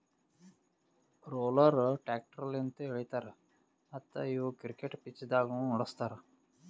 roller tractor ಲಿಂತ್ ಎಳಿತಾರ ಮತ್ತ್ ಇವು ಕ್ರಿಕೆಟ್ ಪಿಚ್ದಾಗ್ನು ನಡುಸ್ತಾರ್